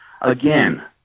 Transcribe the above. Again